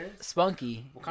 Spunky